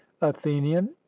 athenian